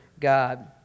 God